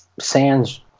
Sands